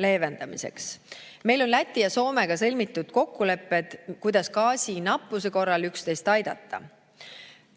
leevendamiseks. Meil on Läti ja Soomega sõlmitud kokkulepped, kuidas gaasinappuse korral üksteist aidata.